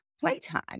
playtime